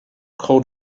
cold